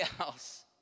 else